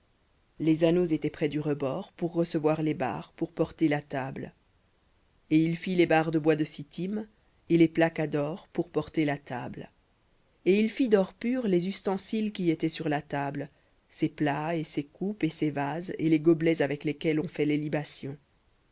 les anneaux étaient près du rebord pour recevoir les barres pour porter la table et il fit les barres de bois de sittim et les plaqua d'or pour porter la table et il fit d'or pur les ustensiles qui étaient sur la table ses plats et ses coupes et ses vases et les gobelets avec lesquels on fait les libations